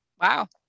Wow